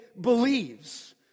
believes